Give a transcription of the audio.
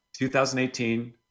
2018